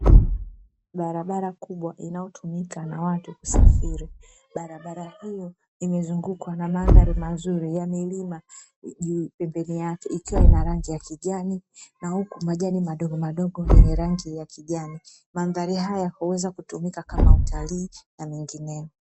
Barabara kubwa inayotumika na watu kusafiri barabara hiyo imezungukwa na mandhari mazuri ya milima juu, pembeni yake ikiwa ina rangi ya kijani na huku majani madogomadogo yenye rangi ya kijani mandhari haya huweza kutumika kama utalii na mengineyo.